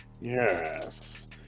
Yes